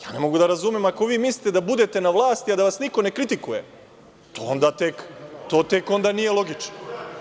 Ne mogu da razumem, ako vi mislite da budete na vlasti, a da vas niko ne kritikuje, to tek onda nije logično.